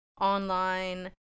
online